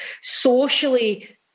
socially